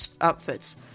outfits